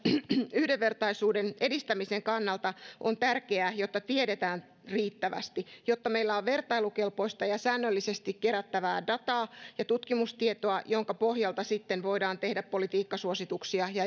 yhdenvertaisuuden edistämisen kannalta on tärkeää jotta tiedetään riittävästi että meillä on vertailukelpoista ja säännöllisesti kerättävää dataa ja tutkimustietoa jonka pohjalta sitten voidaan tehdä politiikkasuosituksia ja